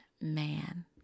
man